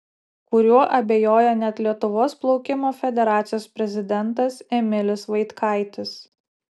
kuriuo abejoja net lietuvos plaukimo federacijos prezidentas emilis vaitkaitis